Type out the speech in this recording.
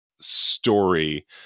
story